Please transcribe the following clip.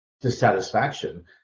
dissatisfaction